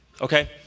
okay